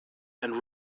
and